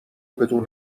بدون